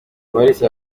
kabalisa